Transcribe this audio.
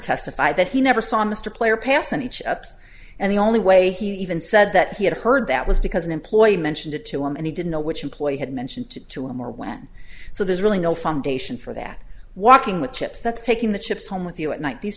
testify that he never saw mr player pass and each ups and the only way he even said that he had heard that was because an employee mentioned it to him and he didn't know which employee had mentioned to him or when so there's really no foundation for that walking with chips that's taking the chips home with you at night these